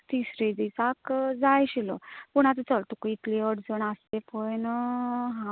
तिसरें दिसांक जाय आशिल्लो पूण आतां चल तुकां इतलें अडचण आसा तें पळयन